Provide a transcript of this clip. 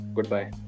Goodbye